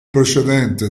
precedente